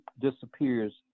disappears